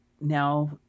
now